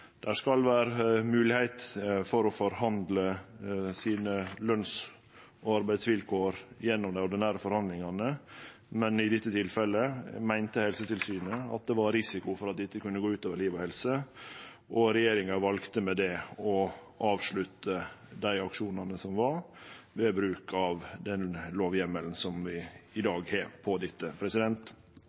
skal vere moglegheit for å forhandle sine løns- og arbeidsvilkår gjennom dei ordinære forhandlingane, men i dette tilfellet meinte Helsetilsynet det var risiko for at dette kunne gå ut over liv og helse, og regjeringa valde med det å avslutte dei aksjonane som var, ved bruk av den lovheimelen vi i dag har for dette.